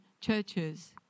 churches